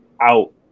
out